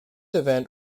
event